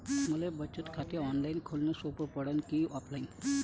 मले बचत खात ऑनलाईन खोलन सोपं पडन की ऑफलाईन?